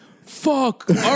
fuck